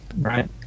right